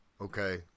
okay